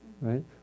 Right